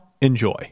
enjoy